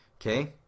Okay